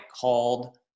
called